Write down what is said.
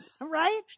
right